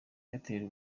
airtel